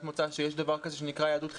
מוצא שיש דבר כזה שנקרא יהדות חילונית,